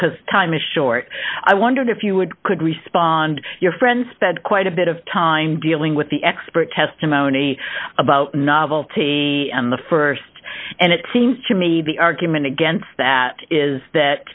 because time is short i wondered if you would could respond your friend spent quite a bit of time dealing with the expert testimony about novelty and the st and it seems to me the argument against that is that